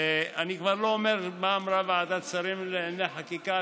ואני כבר לא אומר מה אמרה ועדת השרים לענייני חקיקה,